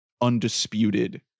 undisputed